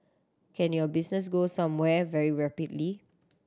can your business go somewhere very rapidly